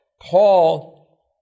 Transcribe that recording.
Paul